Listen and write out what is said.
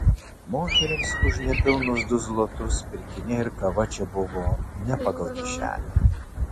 moterims už nepilnus du zlotus pirkiniai ir kava čia buvo ne pagal kišenę